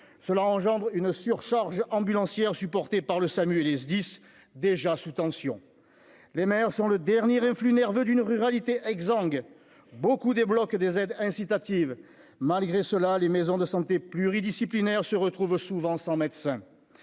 cela engendre une surcharge ambulancière supporté par le SAMU et les SDIS déjà sous tension, les meilleurs sont le dernier influx nerveux d'une ruralité exangue beaucoup débloque des aides incitatives, malgré cela, les maisons de santé pluridisciplinaires se retrouvent souvent sans médecin